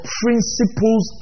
principles